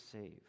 save